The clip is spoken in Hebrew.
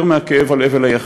יותר מהכאב על אבל היחיד.